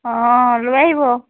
লৈ আহিব